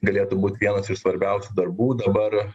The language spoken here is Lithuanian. galėtų būt vienas iš svarbiausių darbų dabar